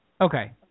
Okay